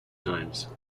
times